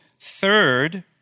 Third